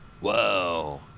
Whoa